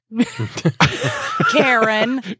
Karen